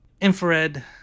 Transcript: Infrared